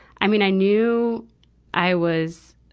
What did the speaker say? i mean, i knew i was,